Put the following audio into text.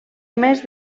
més